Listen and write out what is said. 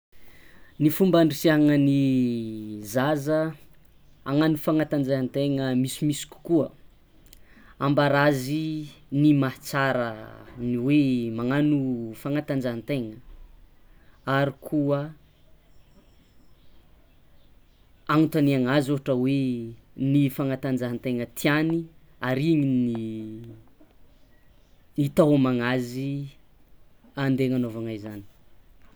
Ny fomba andrisiagna ny zaza hagnagno fagnatanjahantena misimisy kokoa ambara azy ny mahatsara ny hoe magnagno fagnatanjahantegna ary koa agnotaniana azy ohatra hoe ny fagnatanjahantegna tiany ary igny hitaomana azy ande hagnanaovana izany.